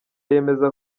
yemeza